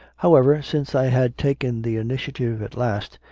however, since i had taken the initiative at last,